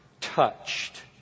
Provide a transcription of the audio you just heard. touched